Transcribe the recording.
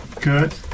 good